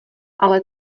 ale